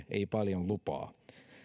ei paljon lupaa